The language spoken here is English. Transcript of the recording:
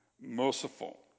merciful